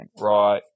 right